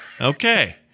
okay